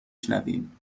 شنویم